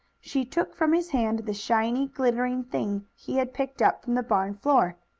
she took from his hand the shiny, glittering thing he had picked up from the barn floor.